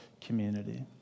community